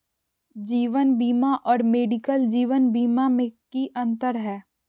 जीवन बीमा और मेडिकल जीवन बीमा में की अंतर है?